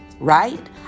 right